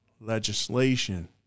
legislation